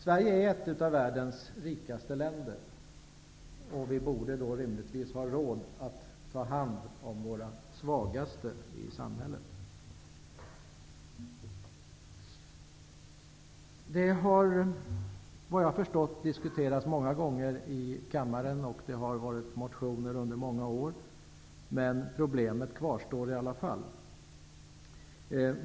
Sverige är ett av världens rikaste länder, och vi borde rimligtvis ha råd att ta hand om våra svagaste i samhället. Det har efter vad jag har förstått diskuterats många gånger i kammaren och det har förekommit motioner under många år, men problemet kvarstår i alla fall.